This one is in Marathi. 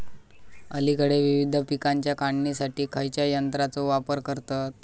अलीकडे विविध पीकांच्या काढणीसाठी खयाच्या यंत्राचो वापर करतत?